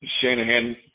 Shanahan